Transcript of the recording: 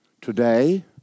Today